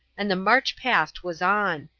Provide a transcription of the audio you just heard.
and the march-past was on.